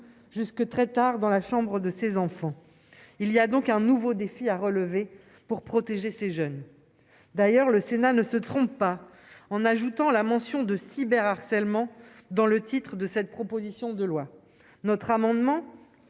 jusque très tard dans la chambre de ses enfants, il y a donc un nouveau défi à relever pour protéger ces jeunes d'ailleurs, le Sénat ne se trompe pas en ajoutant la mention de cyber harcèlement dans le titre de cette proposition de loi notre amendement à